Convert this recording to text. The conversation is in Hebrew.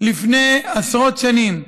לפני עשרות שנים.